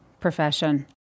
profession